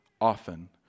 often